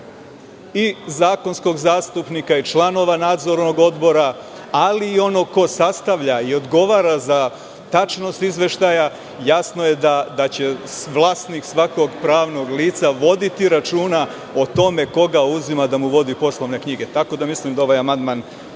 i zakonskog zastupnika i članova Nadzornog odbora, ali i onog ko sastavlja i odgovara za tačnost izveštaja, jasno je da će vlasnik svakog pravnog lica voditi računa o tome koga uzima da mu vodi poslovne knjige. Mislim da ovaj amandman